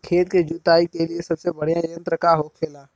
खेत की जुताई के लिए सबसे बढ़ियां यंत्र का होखेला?